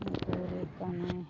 ᱦᱚᱲ ᱜᱮ ᱠᱟᱱᱟᱭ